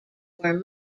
were